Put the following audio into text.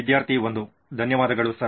ವಿದ್ಯಾರ್ಥಿ 1 ಧನ್ಯವಾದಗಳು ಸರ್